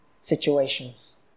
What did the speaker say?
situations